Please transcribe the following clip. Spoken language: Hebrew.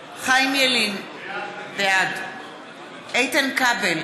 ילין, בעד איתן כבל,